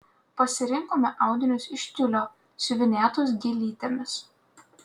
pasirinkome audinius iš tiulio siuvinėtus gėlytėmis